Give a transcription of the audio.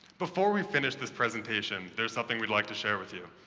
before we finish this presentation, there's something we'd like to share with you.